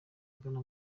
agana